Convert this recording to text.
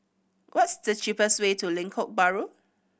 what's the cheapest way to Lengkok Bahru